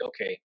okay